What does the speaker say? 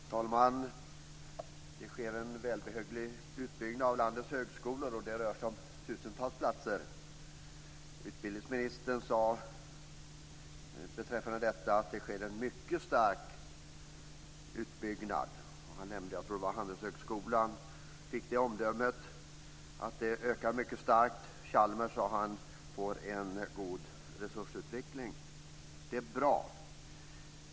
Herr talman! Det sker en välbehövlig utbyggnad av landets högskolor. Det rör sig om tusentals platser. Utbildningsministern sade beträffande detta att det sker en mycket stark utbyggnad. Han nämnde Handelshögskolan, som fick omdömet att den ökar mycket starkt. Chalmers får en god resursutveckling, sade han också. Det är bra!